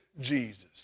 Jesus